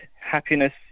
happiness